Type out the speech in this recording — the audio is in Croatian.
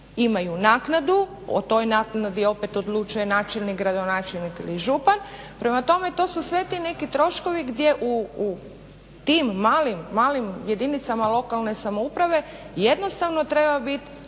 imaju naknadu, o toj naknadi opet odlučuje načelnik, gradonačelnik ili župan. Prema tome to su sve ti neki troškovi gdje u tim malim jedinicama lokalne samouprave jednostavno treba biti